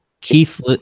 Keith